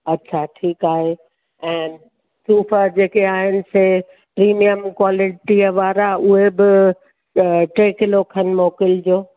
अच्छा ठीकु आहे ऐं सूफ़ु जेके आहिनि से प्रीमियम क्वालिटीअ वारा उहे बि टे किलो खन मोकिलिजो